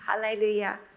hallelujah